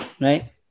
right